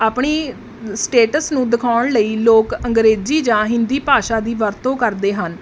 ਆਪਣੀ ਸਟੇਟਸ ਨੂੰ ਦਿਖਾਉਣ ਲਈ ਲੋਕ ਅੰਗਰੇਜ਼ੀ ਜਾਂ ਹਿੰਦੀ ਭਾਸ਼ਾ ਦੀ ਵਰਤੋਂ ਕਰਦੇ ਹਨ